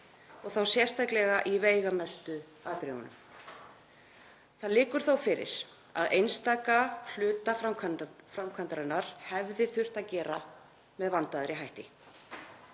og þá sérstaklega í veigamestu atriðunum. Það liggur þó fyrir að einstaka hluta framkvæmdarinnar hefði þurft að gera með vandaðri hætti.